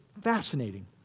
fascinating